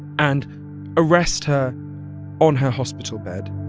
and arrest her on her hospital bed